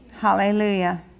Hallelujah